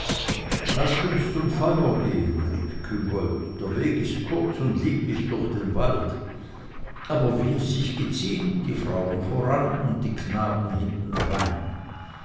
laßt uns zum feuer gehen rief küngolt der weg ist kurz und lieblich durch den wald aber wie es sich geziemt die frauen voran und die knaben hintendrein